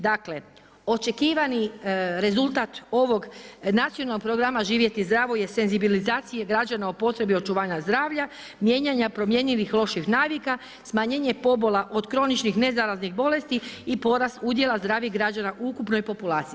Dakle, očekivani rezultat ovog Nacionalnog programa „Živjeti zdravo“ je senzibilizacija građana o potrebi očuvanja zdravlja, mijenjanja promjenjivih loših navika, smanjenje pobola od kroničnih nezaraznih bolesti i porast udjela zdravih građana u ukupnoj populaciji.